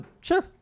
Sure